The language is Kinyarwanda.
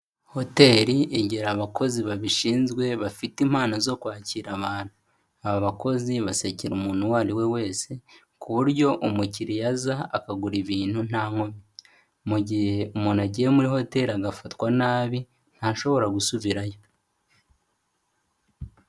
Hoteli igira abakozi babishinzwe bafite impano zo kwakira abantu, aba bakozi basekera umuntu uwo ari we wese ku buryo umukiriya aza akagura ibintu nta nkomyi, mu gihe umuntu agiye muri hoteli agafatwa nabi, ntashobora gusubirayo.